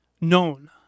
known